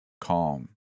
Calm